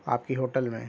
آپ کی ہوٹل میں